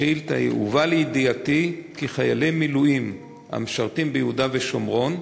השאילתה: הובא לידיעתי כי חיילי מילואים המשרתים ביהודה ושומרון,